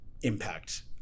impact